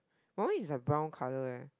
my one is like brown colour leh